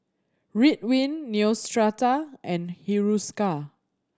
Ridwind Neostrata and Hiruscar